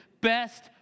best